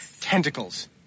Tentacles